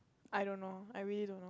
I don't know I really don't know